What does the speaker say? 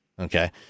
Okay